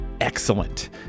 excellent